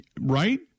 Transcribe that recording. right